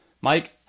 Mike